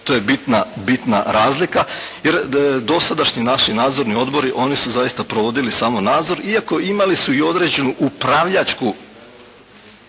To je bitna razlika. Jer dosadašnji način, nadzorni odbori oni su zaista provodili samo nadzor, iako imali su i određenu upravljačku